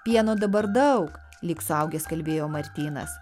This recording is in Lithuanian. pieno dabar daug lyg suaugęs kalbėjo martynas